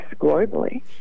globally